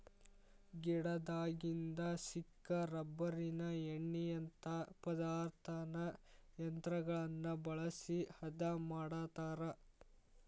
ಗಿಡದಾಗಿಂದ ಸಿಕ್ಕ ರಬ್ಬರಿನ ಎಣ್ಣಿಯಂತಾ ಪದಾರ್ಥಾನ ಯಂತ್ರಗಳನ್ನ ಬಳಸಿ ಹದಾ ಮಾಡತಾರ